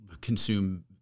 consume